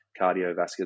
cardiovascular